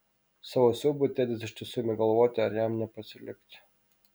savo siaubui tedas iš tiesų ėmė galvoti ar jam nepasilikti